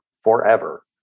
forever